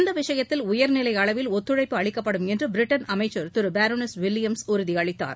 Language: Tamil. இந்த விஷயத்தில் உயர்நிலை அளவில் ஒத்துழைப்பு அளிக்கப்படும் என்று பிரிட்டன் அமைச்சர் திரு பரோனஸ் வில்லியம்ஸ் உறுதி அளித்தார்